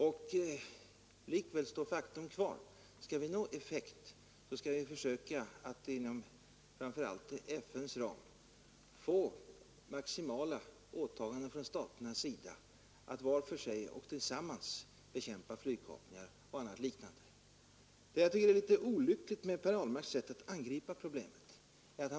Likväl kvarstår det faktum att vi, om vi skall nå effekt i våra strävanden, måste försöka att inom framför allt FN:s ram få till stånd maximala åtaganden från olika stater att var för sig och tillsammans bekämpa flygkapningar och andra liknande handlingar. Jag tycker att herr Ahlmarks sätt att angripa problemet är litet olyckligt.